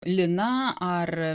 lina ar